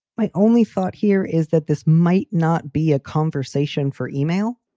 my only thought here is that this might not be a conversation for email,